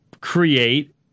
create